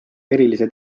erilise